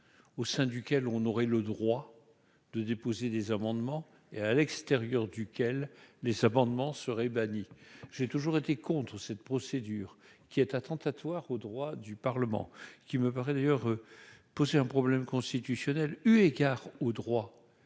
au sein duquel on aurait le droit de déposer des amendements et à l'extérieur duquel les cependant seraient bannis, j'ai toujours été contre cette procédure qui est attentatoire aux droits du Parlement qui me paraît d'ailleurs poser un problème constitutionnel, eu égard au droit